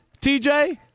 TJ